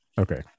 Okay